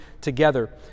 together